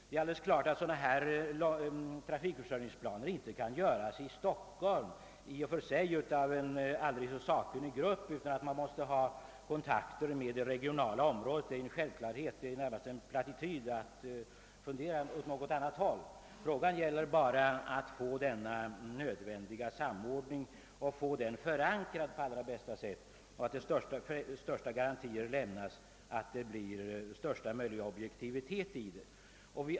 Det är alldeles uppenbart att sådana här trafikförsörjningsplaner inte kan upprättas i Stockholm av en aldrig så sakkunnig grupp, utan man måste även ha kontakter med personer som har erfarenheter från det regionala området. Det är närmast en plattityd att framhålla det. Frågan är bara hur denna nödvändiga samordning skall kunna förankras på detta sätt, så att man får garantier för att frågorna handläggs med största möjliga objektivitet.